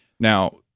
Now